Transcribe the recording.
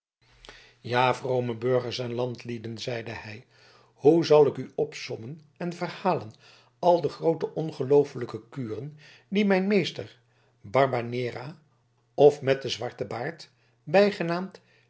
ja vrome burgers en landlieden zeide hij hoe zal ik u opsommen en verhalen al de groote en ongelooflijke kuren die mijn meester barbanera of met den zwarten baard bijgenaamd